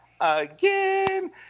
Again